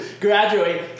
graduate